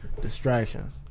distractions